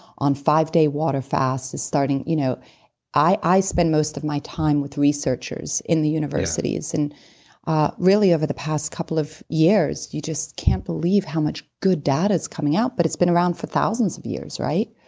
on five day water fasts is starting, you know i i spend most of my time with researchers in the universities, and ah really over the past couple of years you just can't believe how much good data is coming out, but it's been around for thousands of years, right?